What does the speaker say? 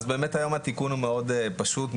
באמת היום התיקון הוא מאוד פשוט,